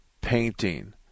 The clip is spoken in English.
painting